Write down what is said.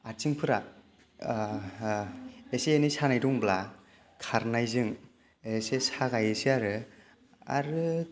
आथिंफोरा हो एसे एनै सानाय दंब्ला खारनायजों एसे सागायोसो आरो आरो